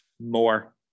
more